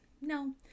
No